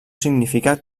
significa